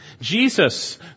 Jesus